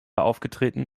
aufgetreten